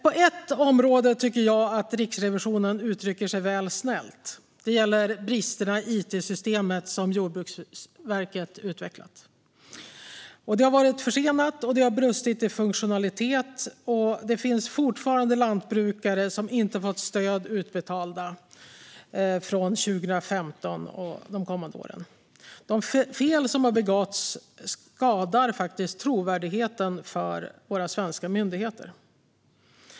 På ett område tycker jag att Riksrevisionen uttrycker sig väl snällt. Det gäller bristerna i det it-system som Jordbruksverket utvecklat. Det har varit försenat och har brustit i funktionalitet. Det finns fortfarande lantbrukare som inte har fått stöd utbetalda för 2015 och de kommande åren. De fel som har begåtts skadar trovärdigheten för våra svenska myndigheter.